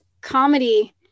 comedy